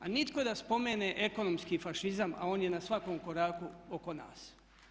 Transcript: Ali nitko da spomene ekonomski fašizam a on je na svakom koraku oko nas.